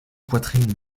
poitrines